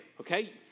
okay